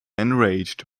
enraged